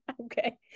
okay